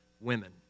women